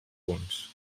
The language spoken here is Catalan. punts